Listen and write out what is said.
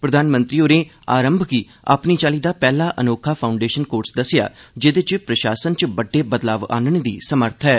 प्रधानमंत्री होरें आरम्म गी अपनी चाल्ली दा पैह्ला अनोखा फाउंडेशन कोर्स दस्सेआ जेदे इच प्रशासन च बड्डे बलदाव आनने दी समर्थ ऐ